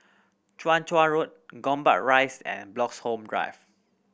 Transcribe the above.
Chong Road Gombak Rise and Bloxhome Drive